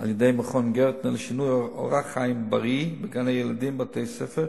על-ידי מכון גרטנר לשינוי אורח חיים בריא בגני-ילדים ובתי-ספר,